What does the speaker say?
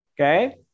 okay